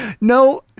No